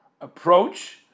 approach